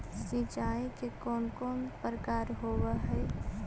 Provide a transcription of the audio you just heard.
सिंचाई के कौन कौन प्रकार होव हइ?